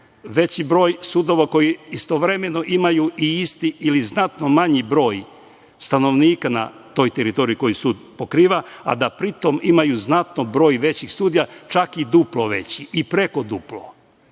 veći broj sudova koji istovremeno imaju i isti ili znatno manji broj stanovnika na toj teritoriji koji sud pokriva, a da pri tom imaju znatno veći broj sudija, čak i duplo veći i više od duplo.